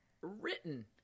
written